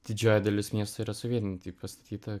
didžioji dalis miestų yra sovietiniai pastatyta